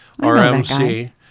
RMC